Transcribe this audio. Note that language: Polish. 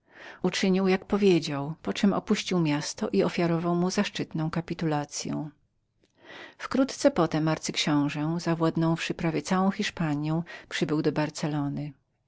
uczynił jak powiedział poczem opuścił miasto i udzielił mu zaszczytną kapitulacyę wkrótce potem arcyksiąże zawładnąwszy prawie całą hiszpanią przybył do barcelony